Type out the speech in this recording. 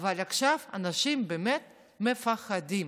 אבל עכשיו אנשים באמת מפחדים,